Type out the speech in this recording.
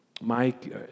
Mike